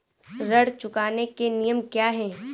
ऋण चुकाने के नियम क्या हैं?